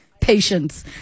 patience